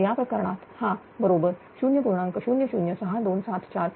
तर या प्रकरणात हा बरोबर 0